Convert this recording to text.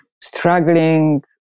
struggling